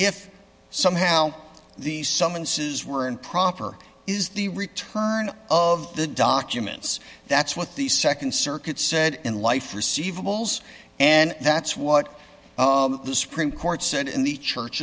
if somehow these summonses were improper is the return of the documents that's what the nd circuit said in life receivables and that's what the supreme court said in the church